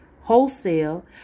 Wholesale